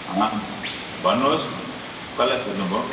अँ भन्नुहोस् कसलाई खोज्नुभयो